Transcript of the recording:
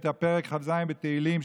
את פרק כ"ז בתהילים,